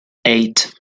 eight